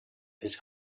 his